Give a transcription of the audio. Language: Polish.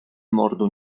mordu